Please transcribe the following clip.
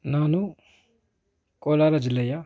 ನಾನು ಕೋಲಾರ ಜಿಲ್ಲೆಯ